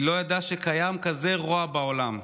היא לא ידעה שקיים כזה רוע בעולם.